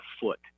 foot